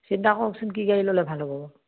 চিন্তা কৰকচোন কি গাড়ী ল'লে ভাল হ'ব বাৰু